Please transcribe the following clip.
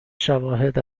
شواهد